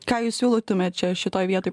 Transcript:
ką jūs siūlytumėt čia šitoj vietoj